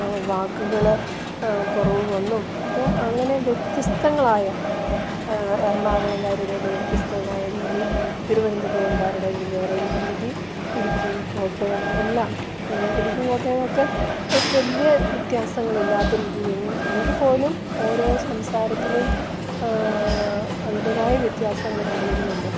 വാക്കുകൾ കുറവു വന്നും ഇപ്പം അങ്ങനെ വ്യത്യസ്തങ്ങളായ എറണാകുളത്തുകാരുടേത് വ്യത്യസ്തമായ രീതി തിരുവനന്തപുരത്തുകാരുടേത് വേറൊരു രീതി ഇടുക്കി കോട്ടയം എല്ലാം ഇടുക്കിയും കോട്ടയൊവൊക്കെ ഒരു വല്യ വ്യത്യാസങ്ങളില്ലാത്ത രീതിയിൽ എങ്കിൽ പോലും ഓരോ സംസാരത്തിനും അതിൻ്റെതായ വ്യത്യാസങ്ങൾ കണ്ടു വരുന്നുണ്ട്